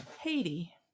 Haiti